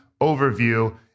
overview